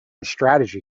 strategy